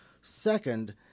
Second